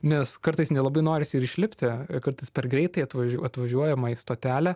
nes kartais nelabai norisi ir išlipti kartais per greitai atvažiuo atvažiuojama į stotelę